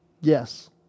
Yes